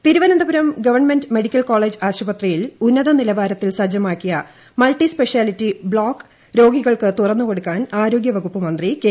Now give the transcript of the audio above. Shailaja Thiruvananthapuram government medical college ആശുപത്രിയിൽ ഉന്നത നിലവാരത്തിൽ സജ്ജമാക്കിയ മൾട്ടി സ്പെഷ്യാലിറ്റി ബ്ലോക്ക് രോഗികൾക്ക് തുറന്നുകൊടുക്കാൻ ആരോഗ്യ വകുപ്പ് മന്ത്രി കെ